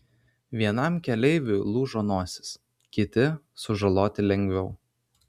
vienam keleiviui lūžo nosis kiti sužaloti lengviau